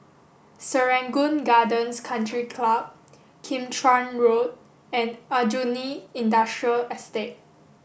Serangoon Gardens Country Club Kim Chuan Road and Aljunied Industrial Estate